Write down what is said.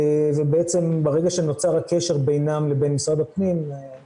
ובעצם ברגע שנוצר הקשר בינם למשרד הפנים אני